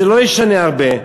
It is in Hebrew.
זה לא ישנה הרבה.